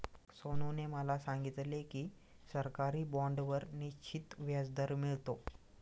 सोनूने मला सांगितले की सरकारी बाँडवर निश्चित व्याजदर मिळतो